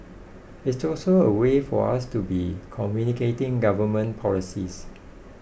it's also a way for us to be communicating government policies